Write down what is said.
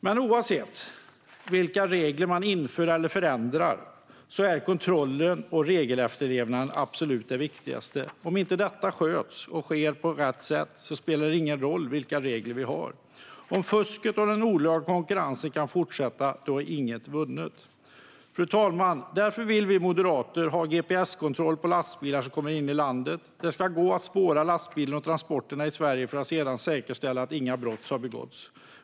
Men oavsett vilka regler man inför eller förändrar är kontrollen och regelefterlevnaden absolut det viktigaste. Om inte detta sköts och sker på rätt sätt spelar det ingen roll vilka regler vi har. Om fusket och den olagliga konkurrensen kan fortsätta är inget vunnet. Fru talman! Därför vill vi moderater ha gps-kontroll av lastbilar som kommer in i landet. Det ska gå att spåra lastbilarna och transporterna i Sverige för att sedan säkerställa att inga brott har begåtts.